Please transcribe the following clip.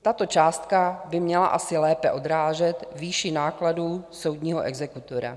Tato částka by měla asi lépe odrážet výši nákladů soudního exekutora.